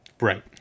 Right